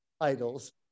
idols